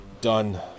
done